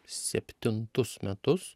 septintus metus